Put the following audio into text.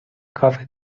کافه